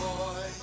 Boy